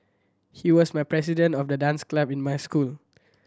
he was my president of the dance club in my school